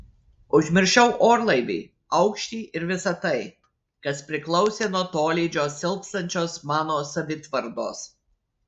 užmiršau orlaivį aukštį ir visa tai kas priklausė nuo tolydžio silpstančios mano savitvardos